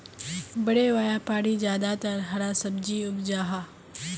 बड़े व्यापारी ज्यादातर हरा सब्जी उपजाहा